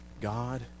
God